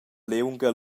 liunga